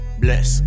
bless